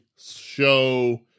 show